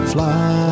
Fly